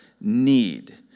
need